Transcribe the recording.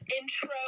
intro